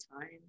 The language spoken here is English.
time